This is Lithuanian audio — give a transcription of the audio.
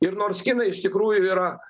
ir nors kinai iš tikrųjų yra